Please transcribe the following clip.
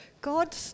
God